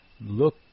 look